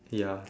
ya